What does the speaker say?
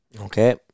Okay